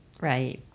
Right